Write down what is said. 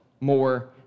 more